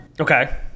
Okay